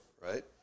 right